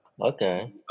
Okay